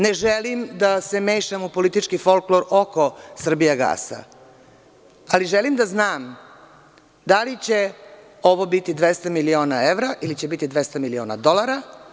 Ne želim da se mešam u politički folklor oko „Srbijagasa“, ali želim da znam da li će ovo biti 200 miliona evra ili će biti 200 miliona dolara.